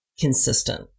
consistent